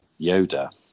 Yoda